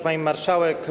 Pani Marszałek!